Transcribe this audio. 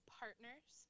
partners